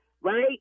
right